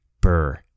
Burr